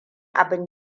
abin